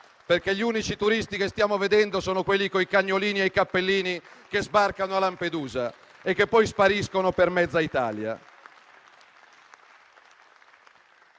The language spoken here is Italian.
Paese. Gli unici turisti che stiamo vedendo, infatti, sono quelli coi cagnolini e i cappellini, che sbarcano a Lampedusa e che poi spariscono per mezza Italia